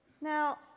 Now